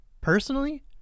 personally